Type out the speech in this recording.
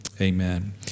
amen